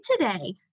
today